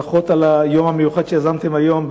ברכות על היום המיוחד שיזמתם היום.